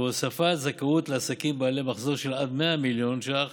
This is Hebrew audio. והוספת זכאות לעסקים בעלי מחזור של עד 100 מיליון ש"ח